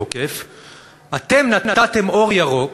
אתם נתתם אור ירוק